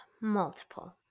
Multiple